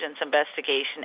investigation